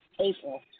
April